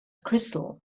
crystal